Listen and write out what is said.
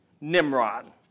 Nimrod